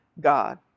God